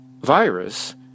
virus